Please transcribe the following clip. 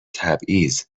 تبعیضی